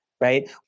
right